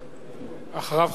ואחריו,